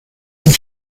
and